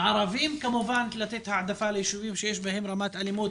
הערבים וכמובן לתת העדפה לישובים שיש בהם רמת אלימות